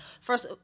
First